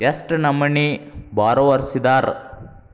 ಎಷ್ಟ್ ನಮನಿ ಬಾರೊವರ್ಸಿದಾರ?